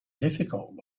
difficult